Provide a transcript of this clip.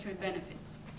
benefits